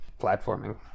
platforming